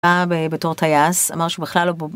בתור טייס אמר שהוא בכלל לא..